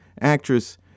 actress